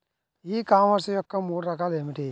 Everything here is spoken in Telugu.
ఈ కామర్స్ యొక్క మూడు రకాలు ఏమిటి?